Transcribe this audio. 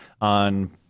on